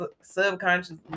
subconsciously